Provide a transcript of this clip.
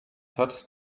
hat